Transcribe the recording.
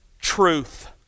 truth